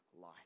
light